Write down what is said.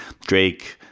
Drake